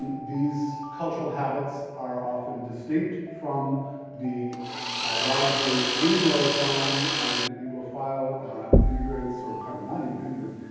and these cultural habits are often distinct from the largely anglophone and anglophile immigrants, or not even immigrants,